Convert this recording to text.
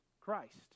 Christ